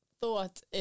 thought